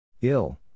Ill